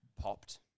popped